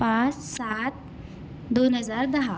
पाच सात दोन हजार दहा